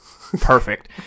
Perfect